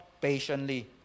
patiently